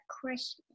Christmas